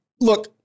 Look